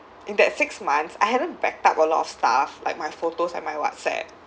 in that six months I hadn't backed up a lot of stuff like my photos and my WhatsApp